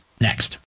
next